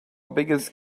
biggest